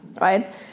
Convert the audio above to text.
right